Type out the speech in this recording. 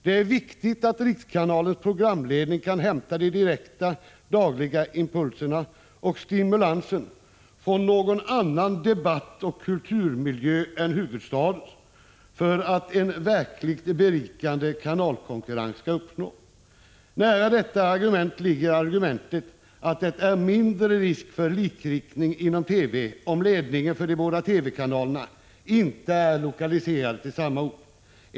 Det är viktigt att rikskanalens programledning kan hämta de direkta dagliga impulserna och stimulansen från någon annan debattoch kulturmiljö än huvudstadens för att en verkligt berikande kanalkonkurrens skall uppstå. Nära detta argument ligger argumentet att det är mindre risk för likriktning inom TV om ledningen för de båda TV kanalerna inte är lokaliserade till samma ort.